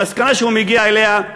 המסקנה שהוא מגיע אליה: